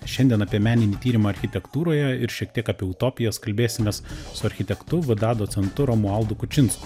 šiandien apie meninį tyrimą architektūroje ir šiek tiek apie utopijas kalbėsimės su architektu vda docentu romualdu kučinsku